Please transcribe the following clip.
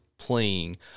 playing